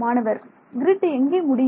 மாணவர் கிரிட் எங்கே முடியும்